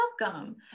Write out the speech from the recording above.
welcome